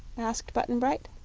asked button-bright.